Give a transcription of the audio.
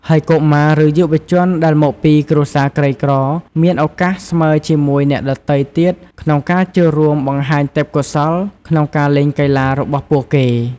ហើយកុមារ ឬយុវជនដែលមកពីគ្រួសារក្រីក្រ មានឱកាសស្មើរជាមួយអ្នកដទៃទៀតក្នុងការចូលរួមបង្ហាញទេពកោសល្យក្នុងការលេងកីឡារបស់ពួកគេ។